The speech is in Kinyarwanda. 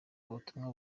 ubutumwa